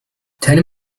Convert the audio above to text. ten